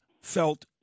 felt